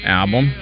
album